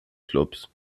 clubs